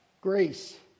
grace